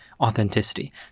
authenticity